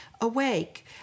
awake